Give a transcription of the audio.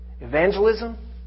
Evangelism